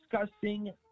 disgusting